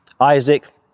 Isaac